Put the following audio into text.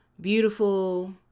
beautiful